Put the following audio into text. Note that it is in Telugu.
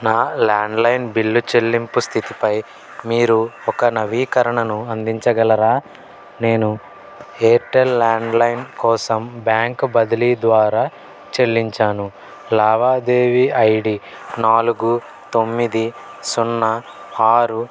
నా ల్యాండ్లైన్ బిల్లు చెల్లింపు స్థితిపై మీరు ఒక నవీకరణను అందించగలరా నేను ఎయిర్టెల్ ల్యాండ్లైన్ కోసం బ్యాంకు బదిలీ ద్వారా చెల్లించాను లావాదేవీ ఐడి నాలుగు తొమ్మిది సున్నా ఆరు